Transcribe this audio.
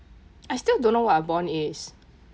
I still don't know what a bond is